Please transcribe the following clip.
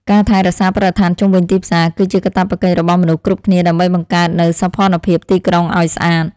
ការថែរក្សាបរិស្ថានជុំវិញទីផ្សារគឺជាកាតព្វកិច្ចរបស់មនុស្សគ្រប់គ្នាដើម្បីបង្កើតនូវសោភ័ណភាពទីក្រុងឱ្យស្អាត។